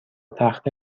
تخته